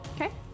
Okay